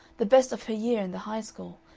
the best of her year in the high school,